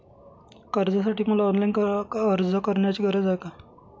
कर्जासाठी मला ऑनलाईन अर्ज करण्याची गरज आहे का?